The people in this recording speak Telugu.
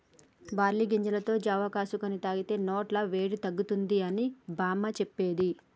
బార్లీ గింజలతో జావా చేసుకొని తాగితే వొంట్ల వేడి తగ్గుతుంది అని అమ్మమ్మ చెప్పేది